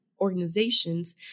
organizations